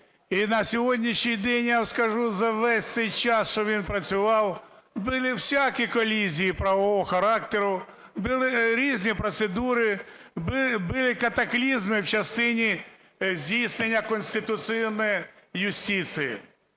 І на сьогоднішній день, я вам скажу, за весь цей час, що він працював, були всякі колізії правового характеру, були різні процедури, були катаклізмі в частині здійснення конституційної юстиції.